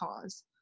cause